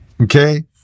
Okay